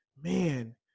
man